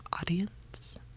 audience